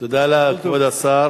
תודה לכבוד השר.